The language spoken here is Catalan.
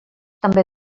també